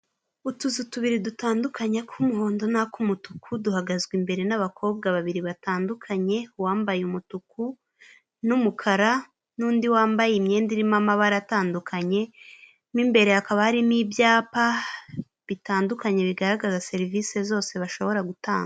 Utuzu tubiri dutandukanye tw'umuhondo n'ak'umutuku duhagazwe imbere n'abakobwa babiri batandukanye, wambaye umutuku n'umukara n'undi uwambaye imyenda irimo amabara atandukanye mo imbere hakaba harimo ibyapa bitandukanye bigaragaza serivisi zose bashobora gutanga.